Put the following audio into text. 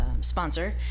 sponsor